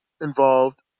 involved